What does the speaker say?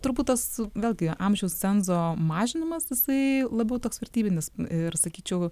turbūt tas vėlgi amžiaus cenzo mažinimas tasai labiau toks vertybinis ir sakyčiau